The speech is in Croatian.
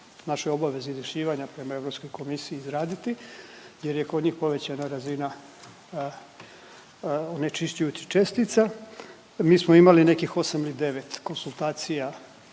našoj obavezi izvješćivanja prema Europskoj komisiji izraditi jer je kod njih povećana razina onečišćujućih čestica. Mi smo imali nekih 8 ili 9 konzultacija